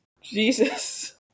Jesus